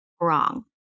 Wrong